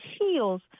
heels